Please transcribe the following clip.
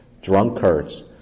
drunkards